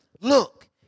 look